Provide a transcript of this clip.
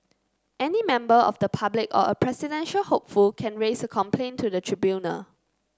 any member of the public or a presidential hopeful can raise a complaint to the tribunal